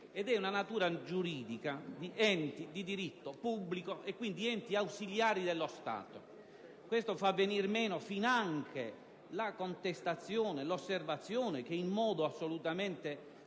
che è una natura giuridica di enti di diritto pubblico e quindi di enti ausiliari dello Stato. Ciò fa venire meno finanche la contestazione, l'osservazione, che in modo assolutamente